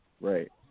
Right